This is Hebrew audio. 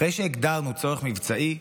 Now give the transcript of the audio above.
אחרי שהגדרנו צורך מבצעי,